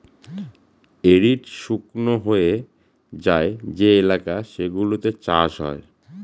arid শুকনো হয়ে যায় যে এলাকা সেগুলোতে চাষ হয়